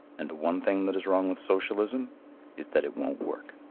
and the one thing that is wrong with socialism is that it won't work.